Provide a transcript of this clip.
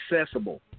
accessible